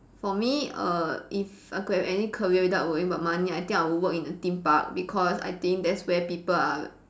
for me err if I could have any career without worrying about money I think I would work in the theme park because I think that's where people are